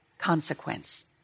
consequence